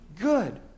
good